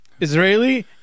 Israeli